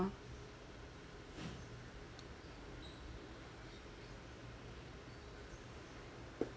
(uh huh)